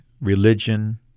religion